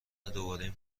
دوباره